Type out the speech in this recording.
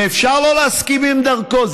ואפשר שלא להסכים עם דרכו,